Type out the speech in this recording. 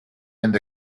and